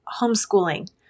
homeschooling